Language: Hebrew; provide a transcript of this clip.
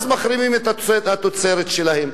מחרימים את התוצרת שלהם.